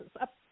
up